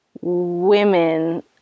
women